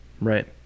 right